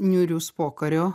niūrius pokario